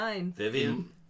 Vivian